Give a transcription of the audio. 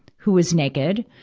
who was naked,